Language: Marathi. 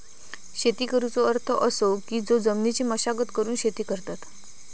शेती करुचो अर्थ असो की जो जमिनीची मशागत करून शेती करतत